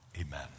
Amen